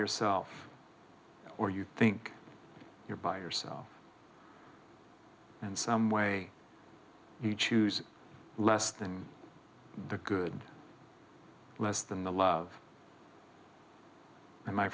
yourself or you think you're by yourself and some way you choose less than the good less than the love